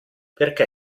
perché